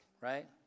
right